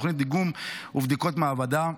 תוכנית דיגום ובדיקות מעבדה,